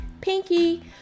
Pinky